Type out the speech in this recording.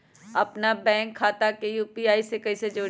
अपना बैंक खाता के यू.पी.आई से कईसे जोड़ी?